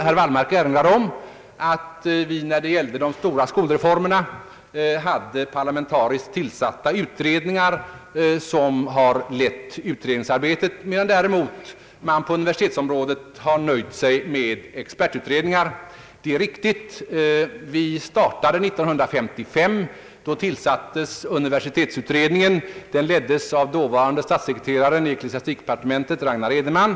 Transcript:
Herr Wallmark erinrade om att vi när det gällde de stora skolreformer na haft parlamentariskt tillsatta utredningar som har lett utredningsarbetet, medan man däremot på universitetsområdet har nöjt sig med expertutredningar. Det är riktigt. Vi startade 1955. Då tillsattes universitetsutredningen. Den leddes av dåvarande statssekreteraren i ecklesiastikdepartementet Ragnar Edenman.